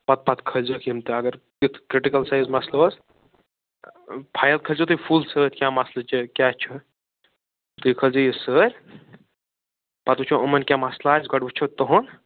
پتہٕ پتہٕ کھٲلۍزِہوٗکھ یِم تہِ اگر تٮُ۪تھ کِرٹِکٕل سیٖرٮ۪س مسلہٕ اوس فایِل تھٲیزیٚو تُہۍ فُل سۭتۍ کیٛاہ مسلہٕ چھِ کیٛاہ چھِ تُہۍ کھٲلۍزیٚو یہِ سۭتۍ پتہٕ وُچھو یِمن کیٛاہ مسلہٕ آسہِ گۄڈٕ وُچھو تُہنٛد